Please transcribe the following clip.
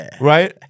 Right